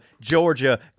Georgia